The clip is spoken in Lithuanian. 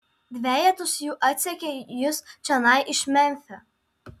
dvejetas jų atsekė jus čionai iš memfio